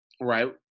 right